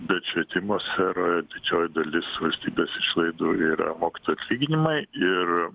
bet švietimo sferoje didžioji dalis valstybės išlaidų yra mokytojų atlyginimai ir